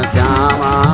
Shama